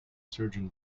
surgeon